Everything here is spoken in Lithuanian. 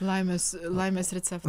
laimės laimės receptas